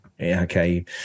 okay